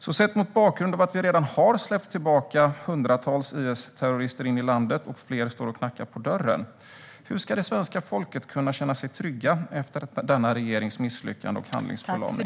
Vi har redan släppt tillbaka hundratals IS-terrorister in i landet, och fler står och knackar på dörren. Hur ska svenska folket kunna känna sig tryggt efter regeringens misslyckande och handlingsförlamning?